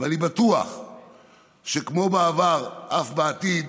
ואני בטוח שכמו בעבר אף בעתיד